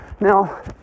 Now